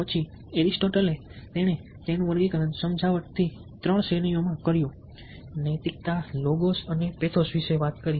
પછી એરિસ્ટોટલે તેણે તેનું વર્ગીકરણ સમજાવટથી 3 શ્રેણીઓમાં કર્યું નૈતિકતા લોગોસ અને પેથોસ વિશે વાત કરી